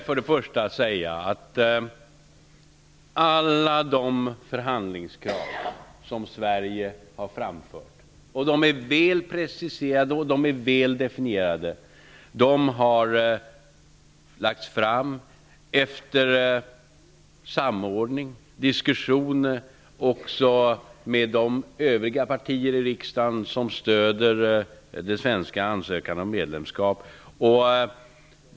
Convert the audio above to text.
Fru talman! Alla de förhandlingskrav som Sverige har framfört -- de är väl preciserade och definierade -- har lagts fram efter samordning och diskussion också med de övriga partierna i riksdagen som stöder den svenska ansökan om medlemskap.